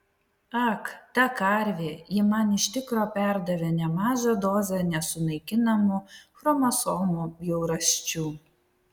ak ta karvė ji man iš tikro perdavė nemažą dozę nesunaikinamų chromosomų bjaurasčių